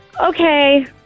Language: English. Okay